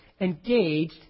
engaged